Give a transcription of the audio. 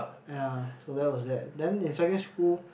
ya so there was that then in secondary school